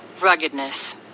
ruggedness